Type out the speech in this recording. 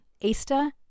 easter